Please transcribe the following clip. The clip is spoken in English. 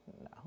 No